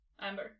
Amber